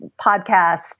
podcast